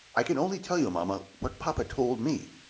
i can only tell you, mamma, what papa told me.